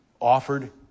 Offered